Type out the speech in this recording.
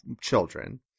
children